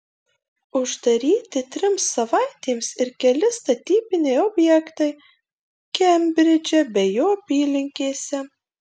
uždaryti trims savaitėms ir keli statybiniai objektai kembridže bei jo apylinkėse